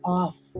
off